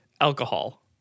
Alcohol